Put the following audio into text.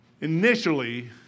Initially